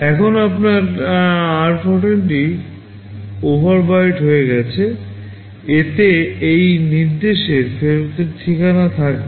এখন আপনার আর 14 টি ওভাররাইট হয়ে গেছে এতে এই নির্দেশের ফেরতের ঠিকানা থাকবে